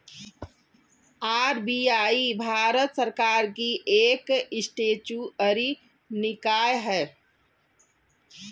RBI Bharat सरकार की एक स्टेचुअरी निकाय है